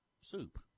soup